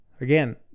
again